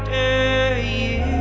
a